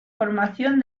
formación